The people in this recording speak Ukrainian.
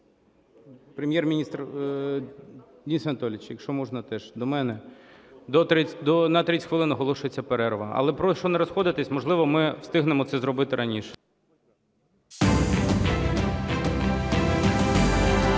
Прем'єр-міністр, Денис Анатолійович, якщо можна, теж до мене. На 30 хвилин оголошується перерва. Але прошу не розходитись, можливо, ми встигнемо це зробити раніше.